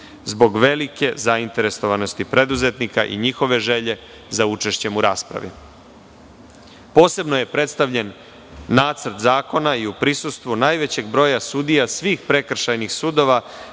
zbog velike zainteresovanosti preduzetnika i njihove želje za učešćem u rapsravi. Posebno je predstavljen Nacrt zakona i u prisustvu najvećeg broja sudija svih prekršajnih sudija